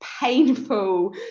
painful